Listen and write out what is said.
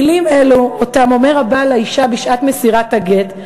מילים אלו, שאותן אומר הבעל לאישה בשעת מסירת הגט,